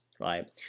right